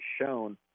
shown